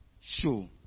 show